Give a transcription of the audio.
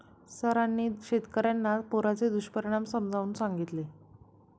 सरांनी शेतकर्यांना पुराचे दुष्परिणाम समजावून सांगितले